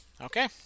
Okay